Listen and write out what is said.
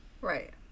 Right